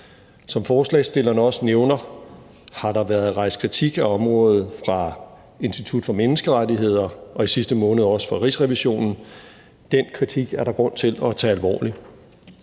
Som forslagsstillerne også nævner, har der været rejst kritik af området fra Institut for Menneskerettigheder og i sidste måned også fra Rigsrevisionen, og den kritik er der grund til at tage alvorligt.